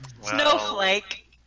Snowflake